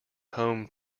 home